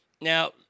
Now